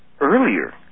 earlier